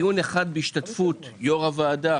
אחד בהשתתפות יו"ר הוועדה,